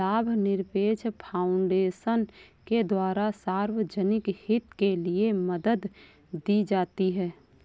लाभनिरपेक्ष फाउन्डेशन के द्वारा सार्वजनिक हित के लिये मदद दी जाती है